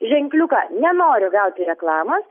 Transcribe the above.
ženkliuką nenoriu gauti reklamos